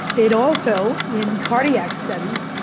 it also, in cardiac studies,